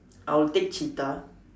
I will take cheetah